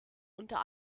unter